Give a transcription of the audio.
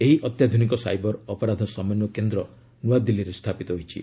ଏହି ଅତ୍ୟାଧୁନିକ ସାଇବର ଅପରାଧ ସମନ୍ୱୟ କେନ୍ଦ୍ର ନୂଆଦିଲ୍ଲୀରେ ସ୍ଥାପିତ ହୋଇଛି